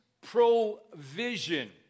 provision